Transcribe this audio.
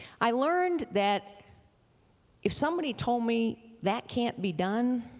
i learned that if somebody told me that can't be done,